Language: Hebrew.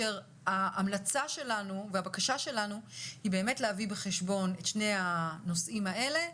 וההמלצה שלנו תהיה להביא בחשבון את שני הנושאים האלה: